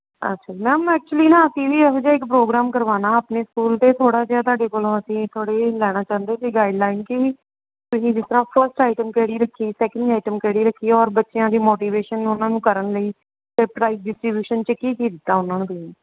ਅੱਛਾ ma'am actually ਨਾ ਅਸੀਂ ਵੀ ਇਹੋ ਜਿਹਾ ਇਕ ਪ੍ਰੋਗਰਾਮ ਕਰਵਾਉਣਾ ਆਪਣੇ ਸਕੂਲ ਤਾਂ ਥੋੜ੍ਹਾ ਜਿਹਾ ਤੁਹਾਡੇ ਕੋਲੋਂ ਅਸੀਂ ਥੋੜ੍ਹੀ ਲੈਣਾ ਚਾਹੁੰਦੇ ਸੀ ਗਾਈਡਲਾਈਨ ਕਿ ਤੁਸੀਂ ਜਿਸ ਤਰ੍ਹਾਂ ਫਸਟ ਆਈਟਮ ਕਿਹੜੀ ਰੱਖੀ ਸੈਕਿੰਡ ਆਈਟਮ ਕਿਹੜੀ ਰੱਖੀ ਔਰ ਬੱਚਿਆਂ ਦੀ ਮੋਟੀਵੇਸ਼ਨ ਨੂੰ ਉਹਨਾਂ ਨੂੰ ਕਰਨ ਲਈ ਤੇ ਪ੍ਰਾਈਸ ਡਿਸਟ੍ਰੀਬਿਊਸ਼ਨ 'ਚ ਕੀ ਕੀ ਦਿੱਤਾ ਉਹਨਾਂ ਨੂੰ ਤੁਸੀਂ